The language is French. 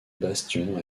bastions